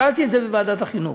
שאלתי את זה בוועדת החינוך,